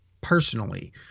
personally